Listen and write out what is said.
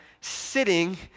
sitting